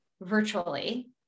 virtually